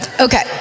Okay